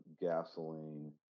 gasoline